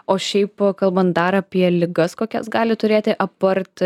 o šiaip kalbant dar apie ligas kokias gali turėti apart